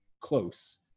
close